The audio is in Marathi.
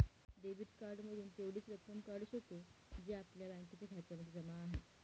डेबिट कार्ड मधून तेवढीच रक्कम काढू शकतो, जी आपल्या बँकेच्या खात्यामध्ये जमा आहे